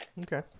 Okay